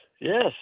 Yes